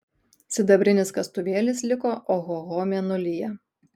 sidabrinis kastuvėlis liko ohoho mėnulyje